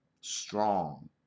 strong